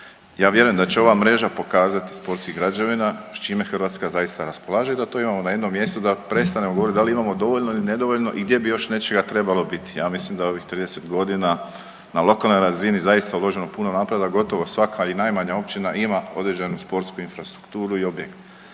Ja vjerujem da će ova mreža pokazati sportskih građevina s čime Hrvatska zaista raspolaže i da to imamo na jednom mjestu da prestanemo govoriti da li imamo dovoljno ili nedovoljno i gdje bi još nečega trebalo biti. Ja mislim da ovih 30 godina na lokalnoj razini zaista uloženo puno napora da gotovo svaka i najmanja općina ima određenu sportsku infrastrukturu i objekte.